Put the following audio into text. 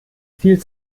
viel